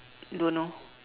don't know